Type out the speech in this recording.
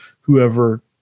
whoever